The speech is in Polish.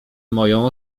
moją